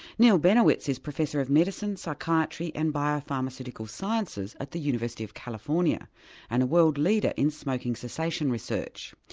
neal benowitz is professor of medicine, psychiatry and biopharmaceutical sciences at the university of california and a world leader in smoking cessation research.